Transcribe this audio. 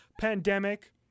pandemic